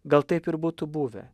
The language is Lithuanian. gal taip ir būtų buvę